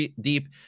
deep